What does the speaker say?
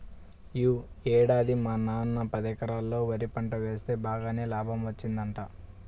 యీ ఏడాది మా నాన్న పదెకరాల్లో వరి పంట వేస్తె బాగానే లాభం వచ్చిందంట